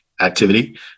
activity